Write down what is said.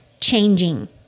changing